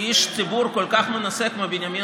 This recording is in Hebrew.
איש ציבור כל כך מנוסה כמו בנימין